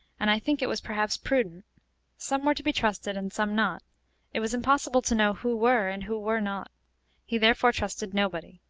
and i think it was perhaps prudent some were to be trusted and some not it was impossible to know who were and who were not he therefore trusted nobody.